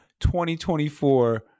2024